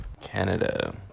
Canada